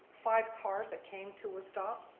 five cars that came to a stop,